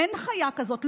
אין חיה כזאת,